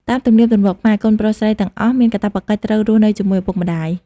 តាមទំនៀមទម្លាប់ខ្មែរ កូនប្រុសស្រីទាំងអស់ មានកាតព្វកិច្ចត្រូវរស់នៅជាមួយឪពុកម្តាយ។